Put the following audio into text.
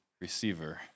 receiver